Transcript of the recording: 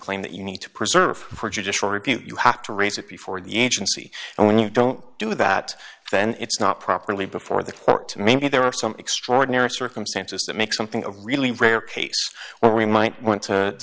claim that you need to preserve for judicial review you have to raise it before the agency and when you don't do that then it's not properly before the court to mean that there are some extraordinary circumstances that make something a really rare case where we might want to